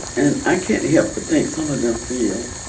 and i can't help but think some of them feel